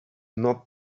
not